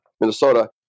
minnesota